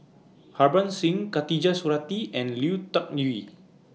Harbans Singh Khatijah Surattee and Lui Tuck Yew